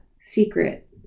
secret